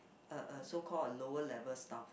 uh uh so call a lower level staff